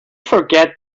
forget